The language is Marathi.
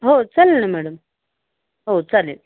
हो चालेल ना मॅडम हो चालेल